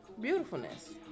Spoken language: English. Beautifulness